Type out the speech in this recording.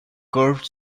curved